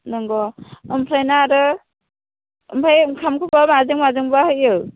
नंगौ आमफ्राय ना आरो आमफ्राय ओंखामखौबा माजों माजोंबा होयो